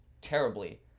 terribly